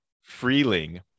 Freeling